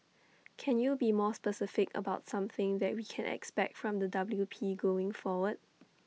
can you be more specific about something that we can expect from the W P going forward